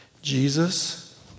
Jesus